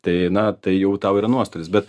tai na tai jau tau yra nuostolis bet